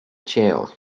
jail